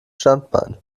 standbein